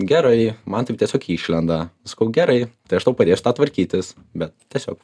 gerai man taip tiesiog išlenda sakau gerai ta aš tau padėsiu tą tvarkytis bet tiesiog